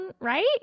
right